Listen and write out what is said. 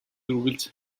үргэлж